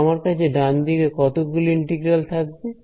তাহলে আমার কাছে ডান দিকে কতগুলি ইন্টিগ্রাল থাকবে